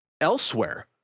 elsewhere